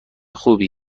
خوبی